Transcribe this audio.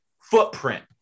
footprint